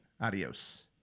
adios